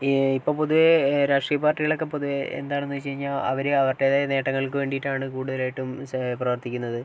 ഇപ്പോൾ പൊതുവെ രാഷ്ട്രീയ പാർട്ടികളൊക്കെ പൊതുവെ എന്താണെന്നു വച്ചു കഴിഞ്ഞാൽ അവർ അവരുടേതായ നേട്ടങ്ങൾക്ക് വേനണ്ടിയിട്ടാണ് കൂടുതലായിട്ടും പ്രവർത്തിക്കുന്നത്